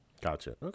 Gotcha